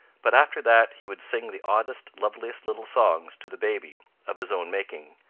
but after that he would sing the oddest, loveliest little songs to the baby of his own making,